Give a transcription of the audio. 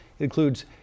includes